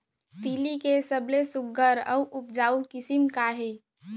तिलि के सबले सुघ्घर अऊ उपजाऊ किसिम का हे?